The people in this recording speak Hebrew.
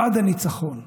עד הניצחון.